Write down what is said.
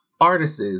artists